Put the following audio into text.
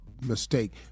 mistake